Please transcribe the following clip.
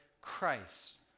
Christ